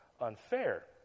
unfair